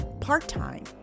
part-time